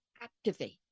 activate